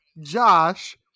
josh